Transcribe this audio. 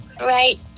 right